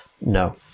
No